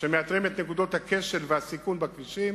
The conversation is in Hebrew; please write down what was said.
שמאתרים את נקודות הכשל והסיכון בכבישים